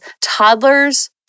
toddlers